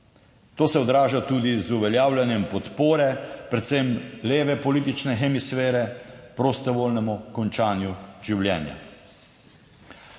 To se odraža tudi z uveljavljanjem podpore, predvsem leve politične hemisfere, prostovoljnemu končanju življenja.